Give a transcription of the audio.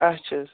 اَچھا حظ